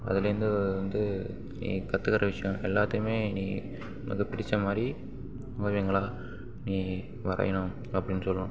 அதுலிருந்து வந்து நீ கற்றுக்கற விஷயம் எல்லாத்தையுமே நீ உனக்கு பிடிச்ச மாதிரி ஓவியங்களாக நீ வரையணும் அப்படினு சொல்லணும்